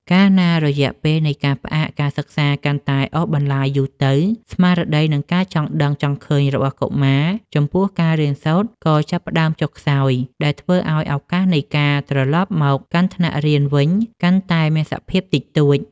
កាលណារយៈពេលនៃការផ្អាកការសិក្សាកាន់តែអូសបន្លាយយូរទៅ ស្មារតី និងការចង់ដឹងចង់ឃើញរបស់កុមារចំពោះការរៀនសូត្រក៏ចាប់ផ្តើមចុះខ្សោយ ដែលធ្វើឱ្យឱកាសនៃការត្រឡប់មកកាន់ថ្នាក់រៀនវិញកាន់តែមានសភាពតិចតួច។